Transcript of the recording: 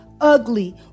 ugly